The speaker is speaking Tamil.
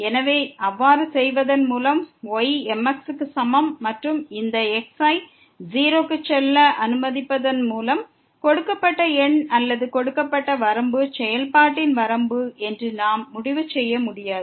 எனவே அவ்வாறு செய்வதன் மூலம் y mx க்கு சமம் மற்றும் இந்த x ஐ 0 க்கு செல்ல அனுமதிப்பதன் மூலம் கொடுக்கப்பட்ட எண் அல்லது கொடுக்கப்பட்ட வரம்பு செயல்பாட்டின் வரம்பு என்று நாம் முடிவு செய்ய முடியாது